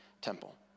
temple